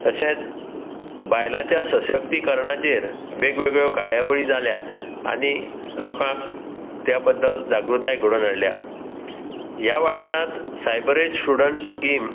तशेंच बायलांच्या सशक्तीकरणाचेर वेग वेगळ्यो कार्यावळी जाल्यात आनी लोकांक त्या बद्दल जागृताय घडोवन हाडल्या ह्या वाठारांत सायबरेज स्टुडंट्स स्कीम